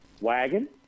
wagon